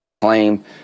Claim